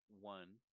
one